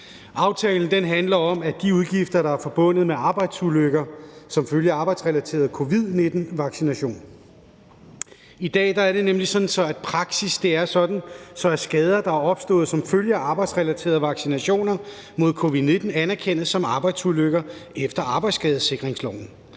Aftalen handler om de udgifter, der er forbundet med arbejdsulykker som følge af arbejdsrelateret covid-19-vaccination. I dag er det nemlig sådan, at praksis er, at skader, der er opstået som følge af arbejdsrelaterede vaccinationer mod covid-19, anerkendes som arbejdsulykker efter arbejdsskadesikringsloven,